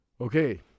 Okay